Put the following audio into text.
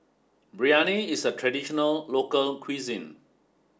Biryani is a traditional local cuisine